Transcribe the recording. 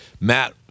Matt